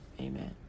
Amen